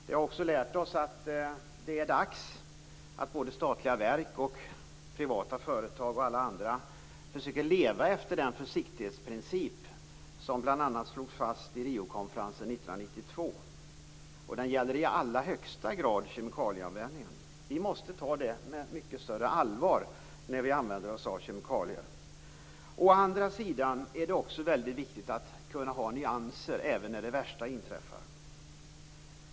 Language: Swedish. Det har också lärt oss att det är dags för statliga verk, privata företag och alla andra att försöka leva efter den försiktighetsprincip som bl.a. slogs fast i Riokonferensen 1992. Den gäller i allra högsta grad kemikalieanvändningen. Vi måste ta användningen av kemikalier på mycket större allvar. Å andra sidan är det väldigt viktigt med nyanser även när det värsta inträffar.